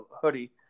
hoodie